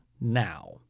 now